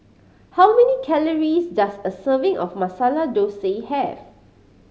how many calories does a serving of Masala Thosai have